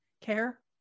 care